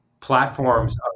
platforms